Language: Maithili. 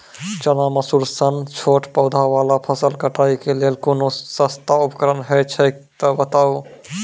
चना, मसूर सन छोट पौधा वाला फसल कटाई के लेल कूनू सस्ता उपकरण हे छै तऽ बताऊ?